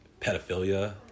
pedophilia